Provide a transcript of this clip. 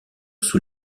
sous